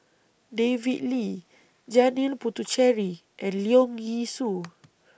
David Lee Janil Puthucheary and Leong Yee Soo